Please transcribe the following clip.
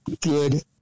good